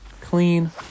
Clean